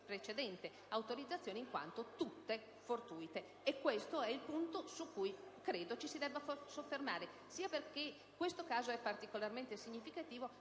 precedente autorizzazione, in quanto tutte fortuite. Questo è il punto su cui credo ci si debba soffermare, sia perché questo caso è particolarmente significativo,